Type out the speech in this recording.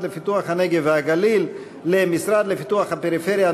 לפיתוח הנגב והגליל למשרד לפיתוח הפריפריה,